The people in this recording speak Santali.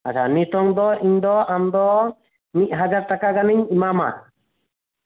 ᱟᱪᱪᱷᱟ ᱱᱤᱛᱳᱝ ᱫᱚ ᱟᱢ ᱫᱚ ᱢᱤᱫ ᱦᱟᱡᱟᱨ ᱴᱟᱠᱟ ᱜᱟᱱᱤᱧ ᱮᱢᱟᱢᱟ